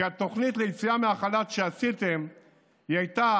כי התוכנית ליציאה מהחל"ת שעשיתם הייתה